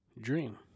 dream